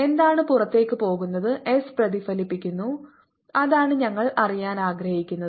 എന്താണ് പുറത്തേക്ക് പോകുന്നത് എസ് പ്രതിഫലിപ്പിക്കുന്നു അതാണ് ഞങ്ങൾ അറിയാൻ ആഗ്രഹിക്കുന്നത്